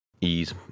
ease